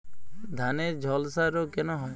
ধানে ঝলসা রোগ কেন হয়?